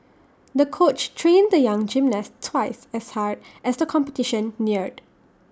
the coach trained the young gymnast twice as hard as the competition neared